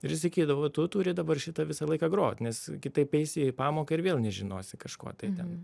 ir jis sakydavo tu turi dabar šitą visą laiką grot nes kitaip eisi į pamoką ir vėl nežinosi kažko tai ten